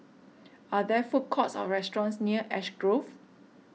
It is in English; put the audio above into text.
are there food courts or restaurants near Ash Grove